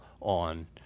on